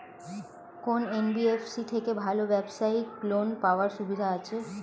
কোন এন.বি.এফ.সি থেকে ভালো ব্যবসায়িক লোন পাওয়ার সুবিধা আছে?